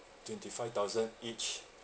twenty five thousand each